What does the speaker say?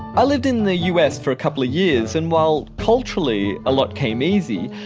i lived in the u s. for a couple of years and while culturally a lot came easy,